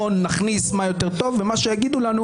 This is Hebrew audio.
נראה מה יותר טוב במה שיגידו לנו,